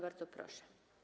Bardzo proszę.